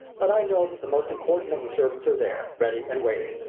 but i know that the most important of the servants are there, ready and waiting.